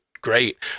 great